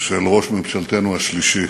של ראש ממשלתנו השלישי,